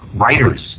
writers